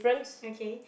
okay